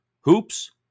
hoops